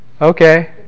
Okay